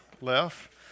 left